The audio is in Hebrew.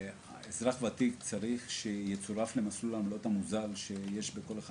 אזרח ותיק צריך להיות מצורף למסלול העמלות המוזל שיש בכל אחד